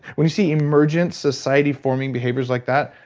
when you see emergent society forming behaviors like that,